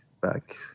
back